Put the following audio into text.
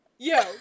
Yo